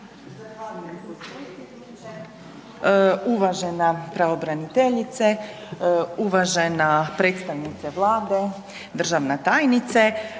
Uvažena pravobraniteljice, uvažena predstavnica Vlade državna tajnice.